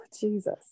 Jesus